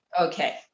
Okay